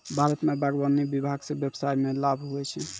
भारत मे बागवानी विभाग से व्यबसाय मे लाभ हुवै छै